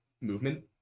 movement